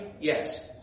Yes